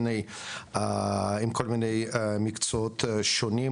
מיני מקצועות שונים,